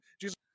Jesus